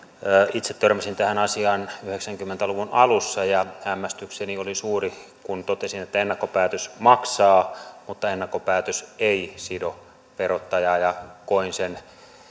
itse törmäsin tähän asiaan yhdeksänkymmentä luvun alussa ja hämmästykseni oli suuri kun totesin että ennakkopäätös maksaa mutta ennakkopäätös ei sido verottajaa ja koin